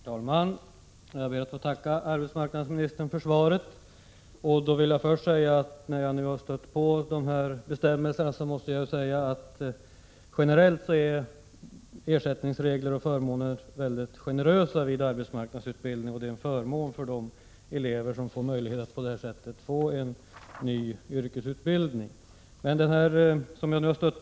Herr talman! Jag ber att få tacka arbetsmarknadsministern för svaret. Eftersom jag nu har stött på de här bestämmelserna och ställt min fråga vill jag börja med att säga att ersättningsreglerna vid arbetsmarknadsutbildning enligt min mening är väldigt generösa. Möjligheten att genom AMS få en ny yrkesutbildning måste ses som en stor förmån för eleverna.